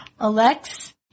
Alex